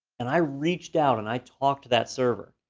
and i reached out and i talked to that server,